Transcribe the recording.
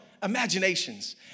Imaginations